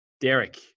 Derek